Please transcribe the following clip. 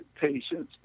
patients